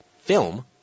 film